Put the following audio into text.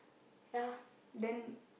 ya then